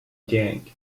gang